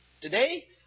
today